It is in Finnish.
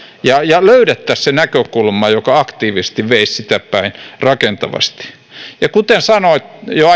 ja ja että löydettäisiin se näkökulma joka aktiivisesti ja rakentavasti veisi sitä päin kuten sanoin jo